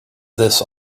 this